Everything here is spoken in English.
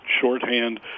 shorthand